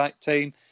team